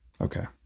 Okay